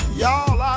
Y'all